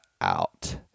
out